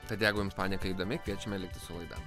tad jeigu jums panika įdomi kviečiame likti su laida